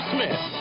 Smith